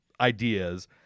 ideas